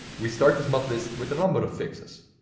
we start this modlist with a number of fixes.